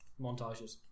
montages